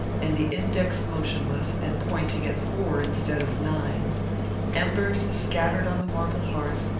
and the index motionless, and pointing at four instead of nine embers scattered on the marble hearth,